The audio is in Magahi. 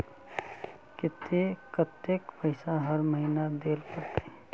केते कतेक पैसा हर महीना देल पड़ते?